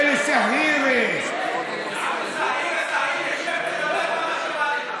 אוסאמה, תדבר כמה שבא לך.